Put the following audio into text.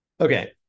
Okay